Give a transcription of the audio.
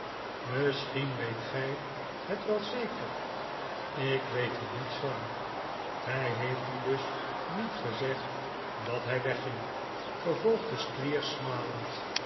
misschien weet gij het wel zeker ik weet er niets van hij heeft u dus niet gezegd dat hij wegging vervolgde squeers smalend